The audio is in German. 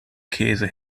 käse